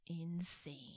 insane